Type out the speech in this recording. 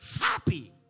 happy